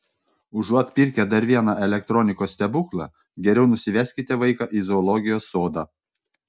užuot pirkę dar vieną elektronikos stebuklą geriau nusiveskite vaiką į zoologijos sodą